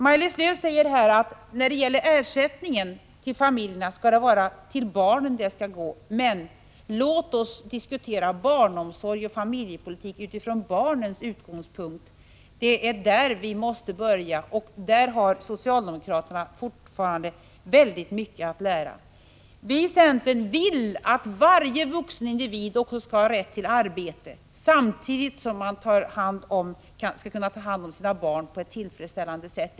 Maj-Lis Lööw säger att ersättningen till familjerna skall gå till barnen. Låt oss diskutera barnomsorg och familjepolitik utifrån barnens utgångspunkt. Det är där vi måste börja, och där har socialdemokraterna fortfarande väldigt mycket att lära. Vi i centern vill att varje vuxen individ också skall ha rätt till arbete samtidigt som man skall kunna ta hand om sina barn på ett tillfredsställande sätt.